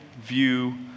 view